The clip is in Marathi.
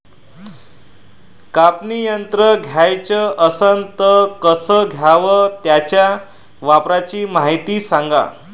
कापनी यंत्र घ्याचं असन त कस घ्याव? त्याच्या वापराची मायती सांगा